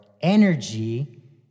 energy